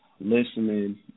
listening